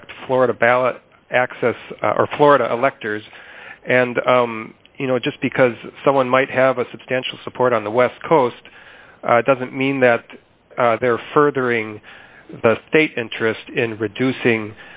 elect florida ballot access or florida electors and you know just because someone might have a substantial support on the west coast doesn't mean that they're furthering the state interest in reducing